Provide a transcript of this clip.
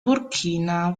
burkina